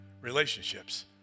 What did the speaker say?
relationships